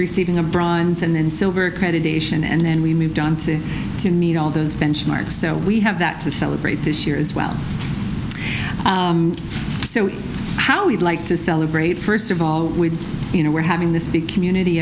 receiving a bronze and silver accreditation and then we moved on to to meet all those benchmarks so we have that to celebrate this year as well so how we'd like to celebrate first of all with you know we're having this big community